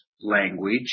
language